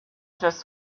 just